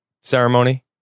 ceremony